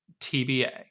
TBA